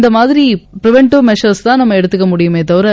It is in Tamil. இந்த மாதிரி பிரவென்டிவ் மெடிசர்ஸ்தான் நாம எடுத்துக்க முடியுமே தவிர்